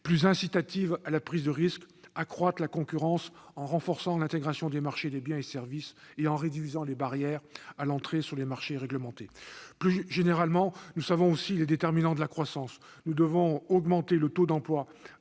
plus incitative à la prise de risque, accroître la concurrence en renforçant l'intégration des marchés des biens et services et en réduisant les barrières à l'entrée sur les marchés réglementés. Plus généralement, nous connaissons aussi les déterminants de la croissance : nous devons augmenter le taux d'emploi